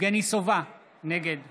יבגני סובה, נגד